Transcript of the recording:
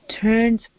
turns